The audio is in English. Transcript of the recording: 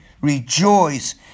rejoice